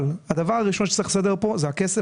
אבל הדבר הראשון שצריך לסדר כאן זה הכסף